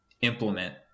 implement